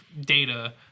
data